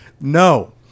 No